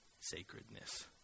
sacredness